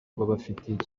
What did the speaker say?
babafitiye